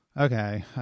okay